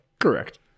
Correct